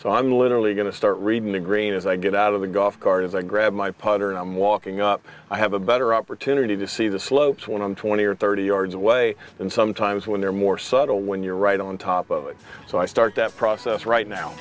so i'm literally going to start reading the green as i get out of the golf cart as i grab my putter and i'm walking up i have a better opportunity to see the slopes when i'm twenty or thirty yards away and sometimes when they're more subtle when you're right on top so i start that process right now